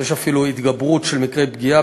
יש אפילו התגברות של מקרי פגיעה,